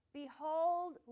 behold